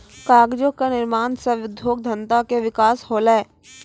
कागजो क निर्माण सँ उद्योग धंधा के विकास होलय